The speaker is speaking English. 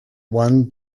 one